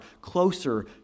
closer